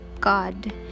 god